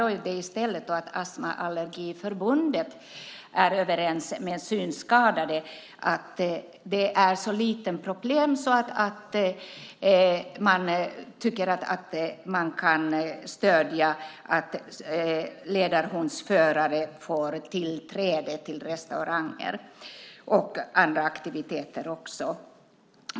Astma och Allergiförbundet är överens med Synskadades Riksförbund om att det är ett så litet problem att man kan stödja att ledarhundsförare får tillträde till restauranger och även till andra aktiviteter.